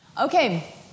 Okay